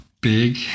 big